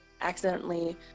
accidentally